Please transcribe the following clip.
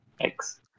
Thanks